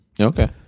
Okay